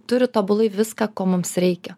turi tobulai viską ko mums reikia